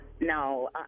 No